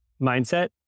mindset